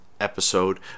episode